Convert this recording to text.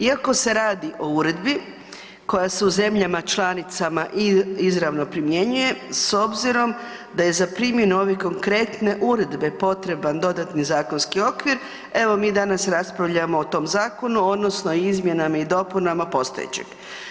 Iako se radi o uredbi koja se u zemljama članicama izravno primjenjuje s obzirom da je za primjenu ove konkretne uredbe potreban dodatni zakonski okvir, evo mi danas raspravljamo o tom zakonu odnosno o izmjenama i dopunama postojećeg.